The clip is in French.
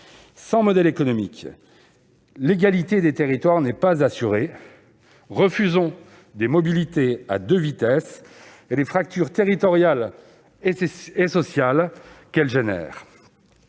ni modèle économique : l'égalité des territoires n'est pas assurée. Refusons des mobilités à deux vitesses et les fractures territoriales et sociales ainsi provoquées.